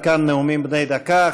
עד כאן נאומים בני דקה.